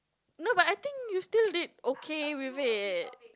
no but I think you still did okay with it